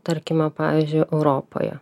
tarkime pavyzdžiui europoje